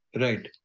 Right